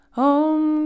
om